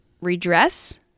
redress